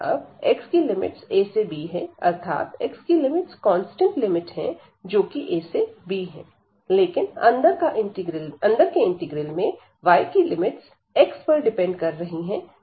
अब x की limits a से b हैं अर्थात x की लिमिट कांस्टेंट है जोकि a से b है लेकिन अंदर का इंटीग्रल में y की लिमिट्स x पर डिपेंड कर रही है v1x से v2x